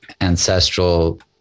ancestral